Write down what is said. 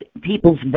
people's